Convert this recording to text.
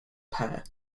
pair